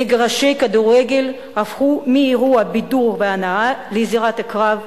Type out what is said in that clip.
מגרשי כדורגל הפכו מאירוע בידור והנאה לזירת קרב,